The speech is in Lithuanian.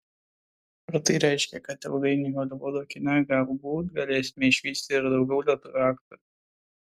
ar tai reiškia kad ilgainiui holivudo kine galbūt galėsime išvysti ir daugiau lietuvių aktorių